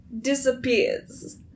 disappears